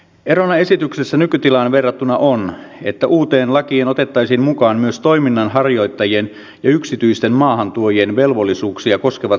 erona esityksessä nykytilaan verrattuna on että uuteen lakiin otettaisiin mukaan myös toiminnanharjoittajien ja yksityisten maahantuojien velvollisuuksia koskevat säännökset